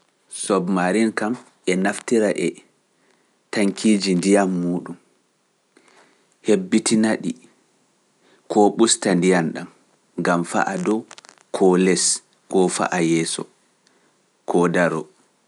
Submarin kam e naftira e taŋkiiji ndiyam muuɗum, hebbitina ɗi, ko ɓusta ndiyam ɗam, ngam faa a dow, koo les, koo fa a yeeso, koo daroo.